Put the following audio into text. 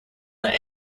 the